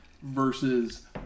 versus